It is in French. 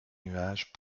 nuages